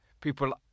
people